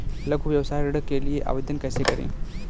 लघु व्यवसाय ऋण के लिए आवेदन कैसे करें?